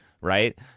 right